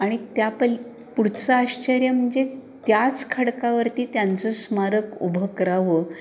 आणि त्या पल पुढचं आश्चर्य म्हणजे त्याच खडकावरती त्यांचं स्मारक उभं करावं